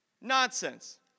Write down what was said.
Nonsense